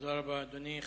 תודה רבה, אדוני.